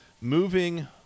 Moving